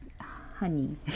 honey